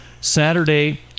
Saturday